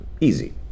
easy